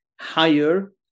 higher